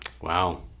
Wow